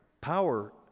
power